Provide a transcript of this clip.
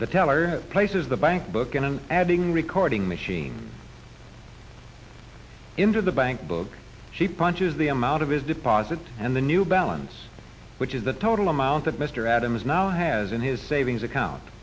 the teller places the bank book in and adding recording machine into the bank book she punches the amount of his deposit and the new balance which is the total amount that mr adams now has in his savings account